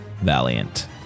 valiant